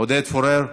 עודד פורר,